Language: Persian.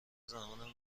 زمان